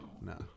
no